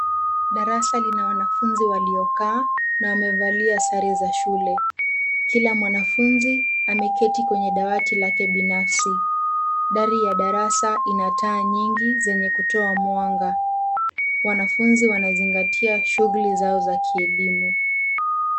Darasa lina wanafunzi waliokaa na wamevalia sare za shule. Kila mwanafunzi ameketi kwenye dawati lake binafsi. Dari ya darasa ina taa nyingi zenye kutoa mwanga. Wanafunzi wanazingatia shughuli zao za kielimu.